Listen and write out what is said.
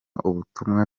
ubutumwa